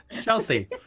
Chelsea